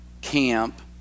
camp